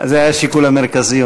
זה היה השיקול המרכזי.